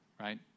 Right